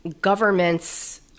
governments